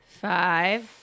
five